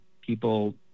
people